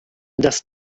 das